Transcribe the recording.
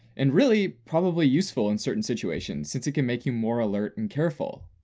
and really probably useful in certain situations since it can make you more alert and careful.